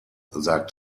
sagt